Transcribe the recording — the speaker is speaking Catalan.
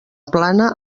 plana